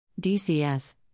DCS